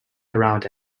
around